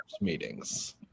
meetings